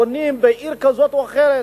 בונים בעיר כזאת או אחרת.